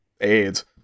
AIDS